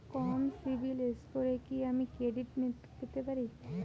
কম CIBIL স্কোরে কি আমি ক্রেডিট পেতে পারি?